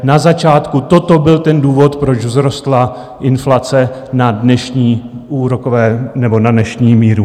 Na začátku toto byl ten důvod, proč vzrostla inflace na dnešní úrokové... nebo na dnešní míru.